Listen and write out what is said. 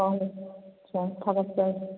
ꯍꯣꯏ ꯁꯣꯝ ꯊꯥꯒꯠꯆꯔꯤ